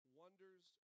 wonders